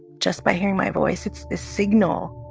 just by hearing my voice. it's this signal